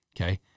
Okay